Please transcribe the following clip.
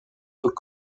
peut